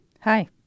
Hi